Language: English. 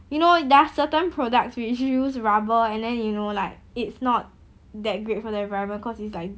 you know there are certain products which use rubber and then you know like it's not that great for the environment because it's like